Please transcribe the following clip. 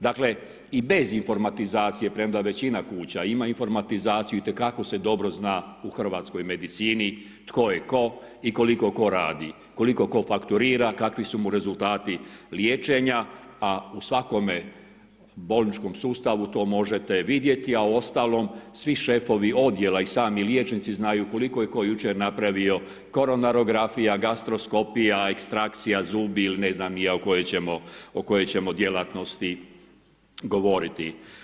Dakle, i bez informatizacije premda većina kuća ima informatizaciji i te kako se dobro zna u hrvatskoj medicini tko je ko i koliko ko radi, koliko tko fakturira, kakvi su mu rezultati liječenja, a u svakom bolničkom sustavu to možete vidjeti, a u ostalom svi šefovi odjela i sami liječnici znaju koliko je tko jučer napravio koronarografija, gastroskopija, ekstrakcija zubi ili ne znam ni ja o kojoj ćemo djelatnosti govoriti.